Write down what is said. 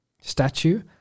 statue